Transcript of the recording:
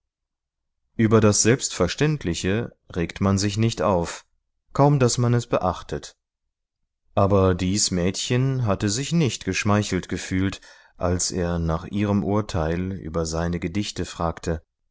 über das selbstverständliche regt man sich nicht auf kaum daß man es beachtet aber dies mädchen hatte sich nicht geschmeichelt gefühlt als er nach ihrem urteil über seine gedichte fragte